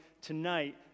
tonight